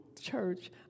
church